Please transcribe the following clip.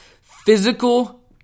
Physical